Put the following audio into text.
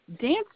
Dance